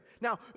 Now